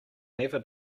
never